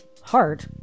Heart